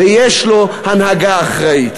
לנגח ולכסח ולייצר פה נהי ובכי,